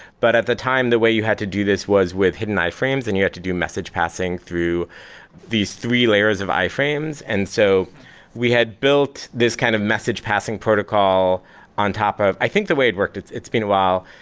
but at the time, the way you had to do this was with hidden iframes and you have to do message passing through these three layers of iframes. and so we had built this kind of message passing protocol on top of i think the way it worked, it's it's been a while,